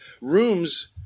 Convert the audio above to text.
rooms